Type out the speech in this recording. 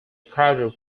crowded